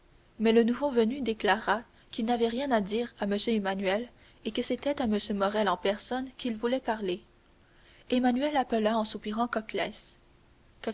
mais le nouveau venu déclara qu'il n'avait rien à dire à m emmanuel et que c'était à m morrel en personne qu'il voulait parler emmanuel appela en soupirant